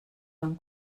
van